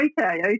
okay